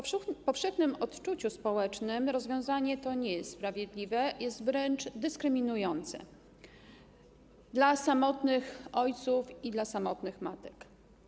W powszechnym odczuciu społecznym rozwiązanie to nie jest sprawiedliwe, jest wręcz dyskryminujące dla samotnych ojców i dla samotnych matek.